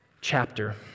chapter